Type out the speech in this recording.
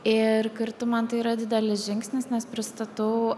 ir kartu man tai yra didelis žingsnis nes pristatau